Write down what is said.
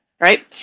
right